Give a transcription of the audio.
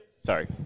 Sorry